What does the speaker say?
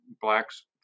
blacks